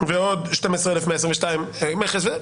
ועוד 12,122 מכס.